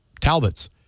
Talbot's